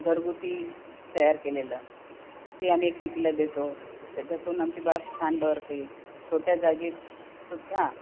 घरगुती तयार केलेलं ते आम्ही एकमेकीला देतो त्याच्यातून आमची बाग छान बहरते छोट्या जागेतसुद्धा